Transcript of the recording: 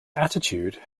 attitude